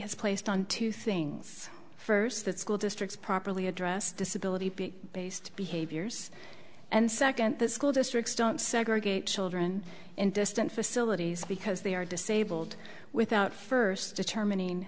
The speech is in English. has placed on two things first that school districts properly address disability based behaviors and second the school districts don't segregate children in distant facilities because they are disabled without first determining